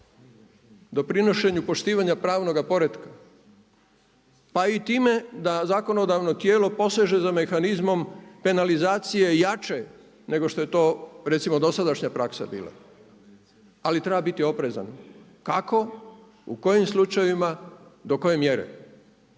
doprinošenju poštivanja pravnoga poretka, pa i time da zakonodavno tijelo poseže za mehanizmom penalizacije jače nego što je to recimo dosadašnja praksa bila. Ali treba biti oprezan. Kako, u kojim slučajevima, do koje mjere?